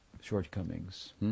shortcomings